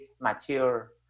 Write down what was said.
mature